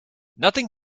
nothing